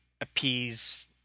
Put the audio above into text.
appease